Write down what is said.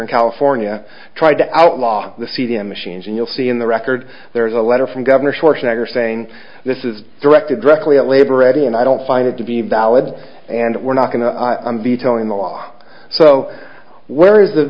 in california tried to outlaw the feedin machines and you'll see in the record there is a letter from governor schwarzenegger saying this is directed directly at labor ready and i don't find it to be valid and we're not going to be telling the law so where